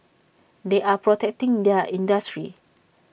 they are protecting their industry